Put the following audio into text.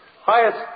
highest